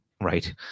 right